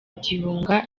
gihunga